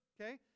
Okay